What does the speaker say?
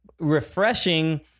Refreshing